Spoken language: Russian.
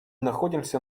находимся